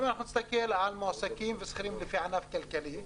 אם נסתכל על מועסקים ושכירים לפי ענף כלכלי,